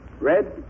Red